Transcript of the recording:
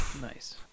Nice